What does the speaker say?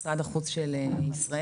משרד החוץ של ישראל,